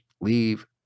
Leave